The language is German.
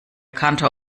kantor